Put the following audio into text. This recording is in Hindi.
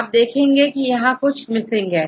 आप देखेंगे कि यहां पर कुछ मिसिंग है